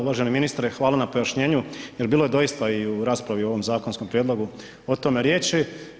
Uvaženi ministre, hvala na pojašnjenju jer bilo je doista i u raspravi u ovom zakonskom prijedlogu o tome riječi.